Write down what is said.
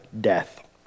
death